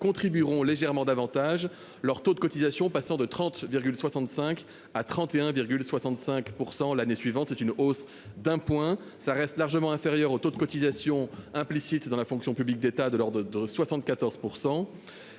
contribueront légèrement davantage, leur taux de cotisation passant de 30,65 % à 31,65 % l'année suivante. Cette hausse d'un point reste largement inférieure au taux de cotisation implicite dans la fonction publique d'État, qui est de l'ordre de 74 %.